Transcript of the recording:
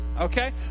okay